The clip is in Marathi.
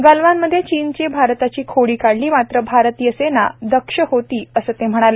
गलवानमधे चीनने भारताची खोडी काढली मात्र भारतीय सेना दक्ष होती असं ते म्हणाले